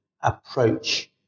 approach